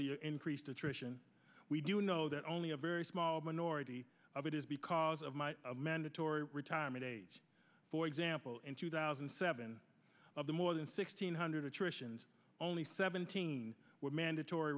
the increased attrition we do know that only a very small minority of it is because of my mandatory retirement age for example in two thousand and seven of the more than sixteen hundred attrition only seventeen were mandatory